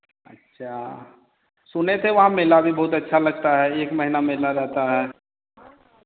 अच्छा सुने थे वहाँ मेला भी बहुत अच्छा लगता है एक महीना मेला रहता है